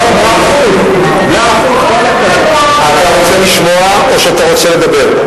אתה רוצה לשמוע, או שאתה רוצה לדבר?